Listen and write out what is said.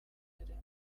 ere